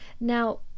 Now